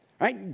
right